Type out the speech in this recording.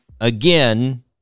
Again